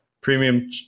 premium